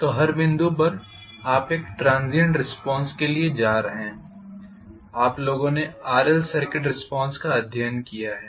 तो हर बिंदु पर आप एक ट्रंससीएंट रिस्पोन्स के लिए जा रहे हैं आप लोगों ने RL सर्किट रिस्पोन्स का अध्ययन किया है